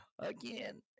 Again